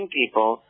people